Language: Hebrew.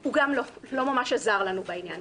הוא גם לא ממש עזר לנו בעניין,